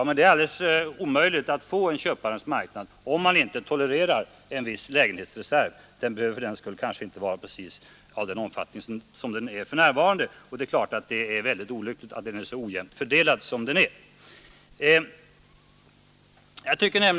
Men det är ju alldeles omöjligt att få en köparens marknad utan valfrihet, dvs. utan att man tolererar en viss lägenhetsreserv. Den behöver fördenskull inte vara av just nuvarande omfattning. Och det är naturligtvis mycket beklagligt att den reserven är så ojämnt fördelad som den är.